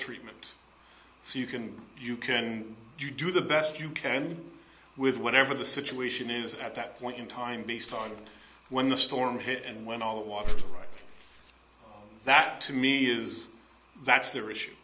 treatment so you can you can you do the best you can with whatever the situation is at that point in time based on when the storm hit and when all off to the right that to me is that's their issue